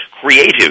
creative